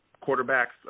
quarterback's